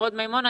נמרוד מימון.